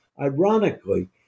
Ironically